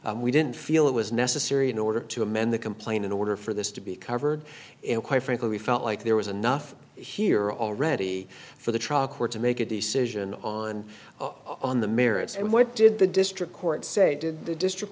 it we didn't feel it was necessary in order to amend the complaint in order for this to be covered and quite frankly we felt like there was enough here already for the trial court to make a decision on on the merits and what did the district court say did the district